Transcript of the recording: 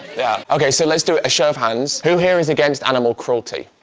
yeah. okay, so let's do a show of hands, who here is against animal cruelty?